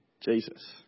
Jesus